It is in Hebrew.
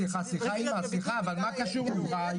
סליחה אבל מה קשור יוראי,